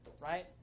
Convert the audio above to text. right